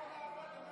באנו לעבוד.